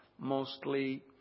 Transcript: mostly